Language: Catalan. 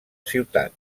ciutat